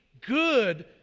good